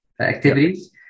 activities